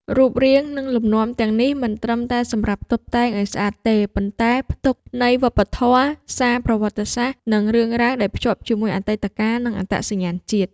រូបរាង និងលំនាំទាំងនេះមិនត្រឹមតែសម្រាប់តុបតែងឲ្យស្អាតទេ ប៉ុន្តែផ្ទុកន័យវប្បធម៌ សារ ប្រវត្តិសាស្ត្រ និងរឿងរ៉ាវដែលភ្ជាប់ជាមួយអតីតកាលនិងអត្តសញ្ញាណជាតិ។